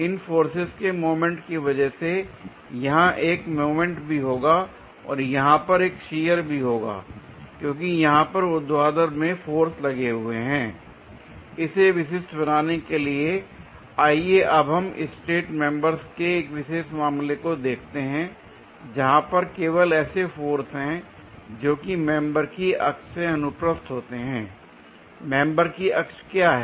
इन forces के moment की वजह से यहां एक मोमेंट भी होगा और यहां पर एक शियर भी होगा क्योंकि यहां पर ऊर्ध्वाधर में फोर्स लगे हुए हैं l इसे विशिष्ट बनाने के लिए आइए अब हम स्ट्रेट मेंबर्स के एक विशेष मामले को देखते हैं जहां पर केवल ऐसे फोर्स हैं जोकि मेंबर कि अक्ष से अनुप्रस्थ होते हैं l मेंबर की अक्ष क्या है